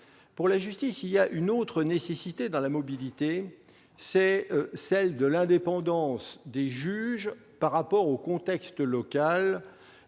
pour la justice, je crois qu'il y a une autre nécessité dans la mobilité : celle de l'indépendance des juges par rapport au contexte local.